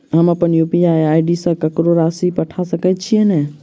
हम अप्पन UPI ID सँ ककरो पर राशि पठा सकैत छीयैन?